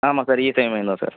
ஆமாம் சார் இ சேவை மையம்தான் சார்